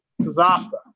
Disaster